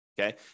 okay